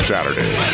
Saturday